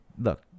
look